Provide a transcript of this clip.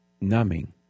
numbing